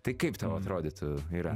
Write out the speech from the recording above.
tai kaip tau atrodytų yra